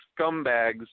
scumbags